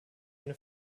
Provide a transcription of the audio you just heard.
eine